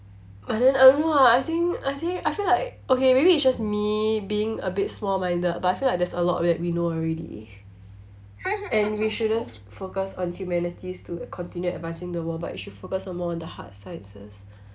but then I don't know ah I think I think I feel like okay maybe it's just me being a bit small-minded but I feel like there's a lot that we know already and we shouldn't focus on humanities to continue advancing the world but we should focus on more on the hard sciences